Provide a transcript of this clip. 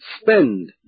spend